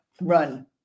run